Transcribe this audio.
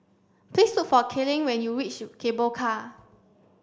please look for Kayleigh when you reach Cable Car